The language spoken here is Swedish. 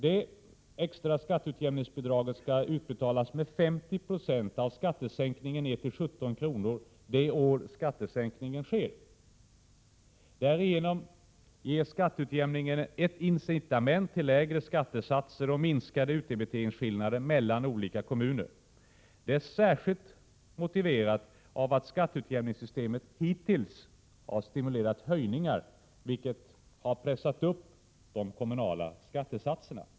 Detta extra skatteutjämningsbidrag skall utbetalas med 50 70 av skattesänkningen ner till 17 kr. det år skattesänkningen genomförs. Skatteutjämningen ger därigenom ett incitament till lägre skattesatser och minskade utdebiteringsskillnader mellan olika kommuner. Detta är särskilt motiverat eftersom skatteutjämningssystemet hittills har stimulerat höjningar, som har pressat upp de kommunala skattesatserna.